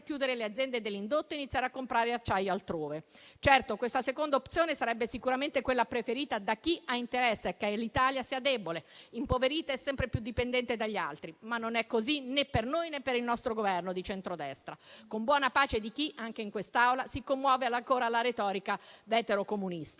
chiudere le aziende dell'indotto, iniziare a comprare acciaio altrove. Certo, questa seconda opzione sarebbe sicuramente quella preferita da chi ha interesse che l'Italia sia debole, impoverita e sempre più dipendente dagli altri. Ma non è così, né per noi né per il nostro Governo di centrodestra, con buona pace di chi, anche in quest'Aula, si commuove ancora alla retorica veterocomunista.